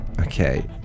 Okay